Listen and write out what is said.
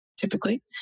Typically